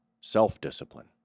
self-discipline